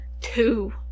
two